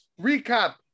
recap